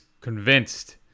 convinced